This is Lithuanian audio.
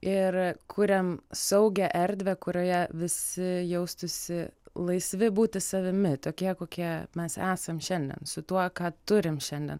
ir kuriam saugią erdvę kurioje visi jaustųsi laisvi būti savimi tokie kokie mes esam šiandien su tuo ką turim šiandien